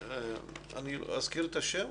אני לא אזכיר את השם,